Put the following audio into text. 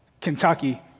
Kentucky